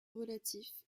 relatif